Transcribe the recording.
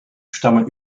stammen